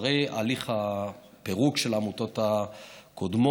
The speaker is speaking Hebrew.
אחרי הליך הפירוק של העמותות הקודמות,